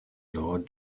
law